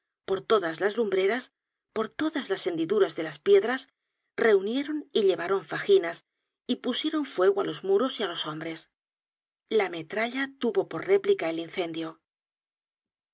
por todas las lumbreras por todas las hendiduras de las piedras reunieron y llevaron faginas y pusieron fuego á los muros y á los hombres la metralla tuvo por réplica el incendio